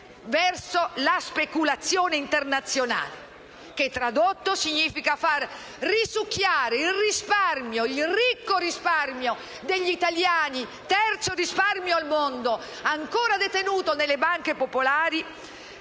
verso la speculazione internazionale; tradotto, significa far risucchiare il risparmio, il ricco risparmio degli italiani (terzo risparmio al mondo), ancora detenuto nelle banche popolari,